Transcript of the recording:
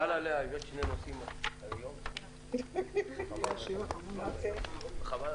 הישיבה ננעלה בשעה 13:30.